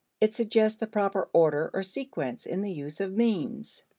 it suggests the proper order or sequence in the use of means.